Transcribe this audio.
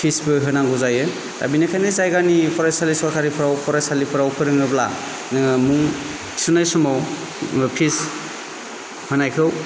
फिसबो होनांगौ जायो दा बिनिखायनो जायगानि फरायसालि सरखारिफोराव फरायसालिफोराव फोरोङोब्ला मुं थिसननाय समाव फिस होनायखौ